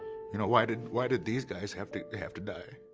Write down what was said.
you know why did why did these guys have to, have to die?